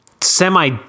semi